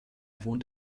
wohnt